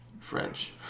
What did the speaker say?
French